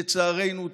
לצערנו,